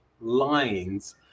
lines